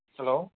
hello